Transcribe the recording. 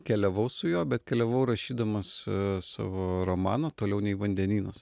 keliavau su juo bet keliavau rašydamas savo romaną toliau nei vandenynas